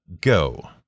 Go